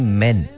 men